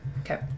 Okay